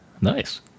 nice